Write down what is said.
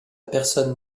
personne